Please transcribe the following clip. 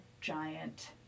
giant